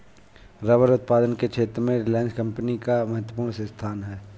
rubber उत्पादन के क्षेत्र में रिलायंस कम्पनी का महत्त्वपूर्ण स्थान है